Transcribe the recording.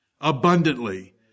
abundantly